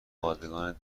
پادگان